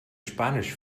spanisch